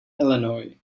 illinois